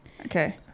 Okay